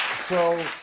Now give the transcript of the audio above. so,